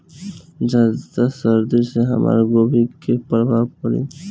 ज्यादा सर्दी से हमार गोभी पे का प्रभाव पड़ी?